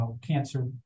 cancer